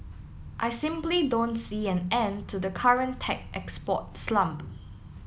I simply don't see an end to the current tech export slump